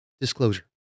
disclosure